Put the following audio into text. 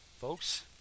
Folks